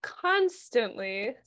constantly